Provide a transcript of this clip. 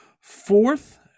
Fourth